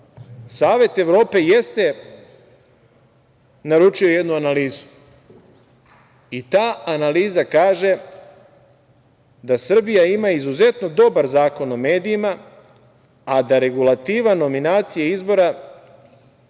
Savet Evrope jeste naručio jednu analizu i ta analiza kaže da Srbija ima izuzetno dobar zakon o medijima, a da regulativa, nominacija izbora,